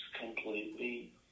completely